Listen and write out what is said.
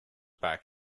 back